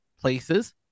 places